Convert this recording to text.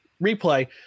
replay